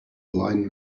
blind